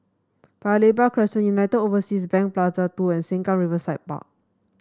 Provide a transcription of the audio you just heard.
Paya Lebar Crescent United Overseas Bank Plaza Two and Sengkang Riverside Park